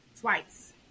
twice